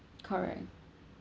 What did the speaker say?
correct